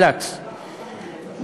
חל"צ,